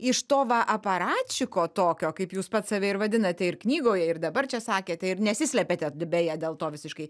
iš to va aparačiko tokio kaip jūs pats save ir vadinate ir knygoje ir dabar čia sakėte ir nesislepiate beje dėl to visiškai